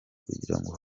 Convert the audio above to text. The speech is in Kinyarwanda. kugirango